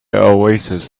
oasis